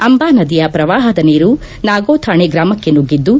ಅಂಬಾ ನದಿಯ ಶ್ರವಾಹದ ನೀರು ನಾಗೋಥಾಣೆ ಗ್ರಾಮಕ್ಕೆ ನುಗ್ಗಿದ್ದು